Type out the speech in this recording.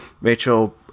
Rachel